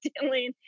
dealing